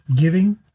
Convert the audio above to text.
Giving